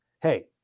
hey